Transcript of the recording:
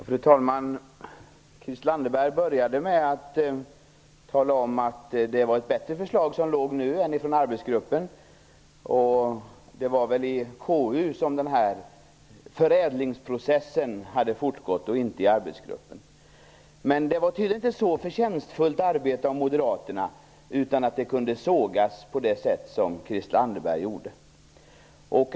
Fru talman! Christel Anderberg började med att tala om att det förslag som nu föreligger är bättre än det som kom från arbetsgruppen. Det var väl i KU som den här förädlingsprocessen hade fortgått och inte i arbetsgruppen. Men det var tydligen inte ett så förtjänstfullt arbete av Moderaterna, utan det kunde sågas på det sätt som Christel Anderberg gjorde.